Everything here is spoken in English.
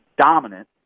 dominant